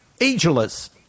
ageless